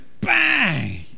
bang